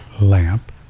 lamp